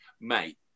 mate